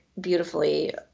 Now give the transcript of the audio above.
beautifully